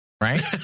Right